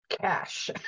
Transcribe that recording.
cash